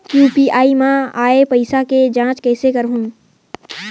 UPI मा आय पइसा के जांच कइसे करहूं?